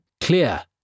clear